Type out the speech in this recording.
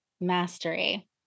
Mastery